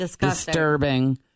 disturbing